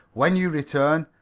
when you return,